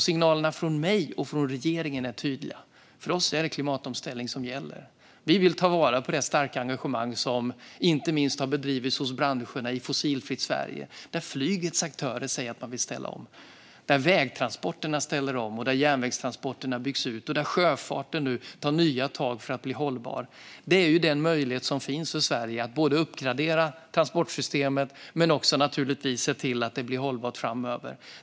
Signalerna från mig och från regeringen är tydliga: För oss är det klimatomställning som gäller. Vi vill ta vara på det starka engagemanget och det arbete som bedrivits inte minst hos branscherna i Fossilfritt Sverige där flygets aktörer säger att man vill ställa om, där vägtransporterna ställs om och järnvägstransporterna byggs ut och där sjöfarten nu tar nya tag för att bli hållbar. Det är den möjlighet som finns för Sverige att uppgradera transportsystemet men naturligtvis också se till att det blir hållbart framöver.